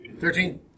Thirteen